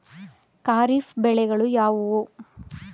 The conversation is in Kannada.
ಖಾರಿಫ್ ಬೆಳೆಗಳು ಯಾವುವು?